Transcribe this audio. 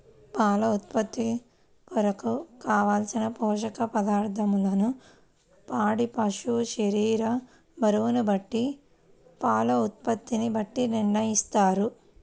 పాల ఉత్పత్తి కొరకు, కావలసిన పోషక పదార్ధములను పాడి పశువు శరీర బరువును బట్టి పాల ఉత్పత్తిని బట్టి నిర్ణయిస్తారా?